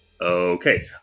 Okay